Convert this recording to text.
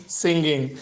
singing